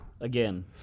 Again